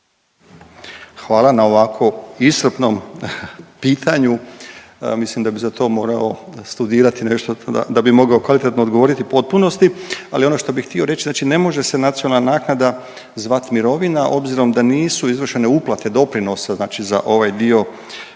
Hvala na ovako iscrpnom pitanju. Mislim da bi za to morao studirati da bi mogao kvalitetno odgovoriti u potpunosti. Ali ono što bih htio reći, znači ne može se nacionalna naknada zvati mirovina obzirom da nisu izvršene uplate doprinosa znači za ovaj dio